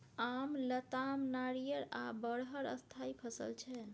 आम, लताम, नारियर आ बरहर स्थायी फसल छै